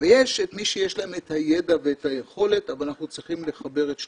ויש את מי שיש להם את הידע ואת היכולת אבל אנחנו צריכים לחבר את שלושתם.